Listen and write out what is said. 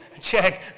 check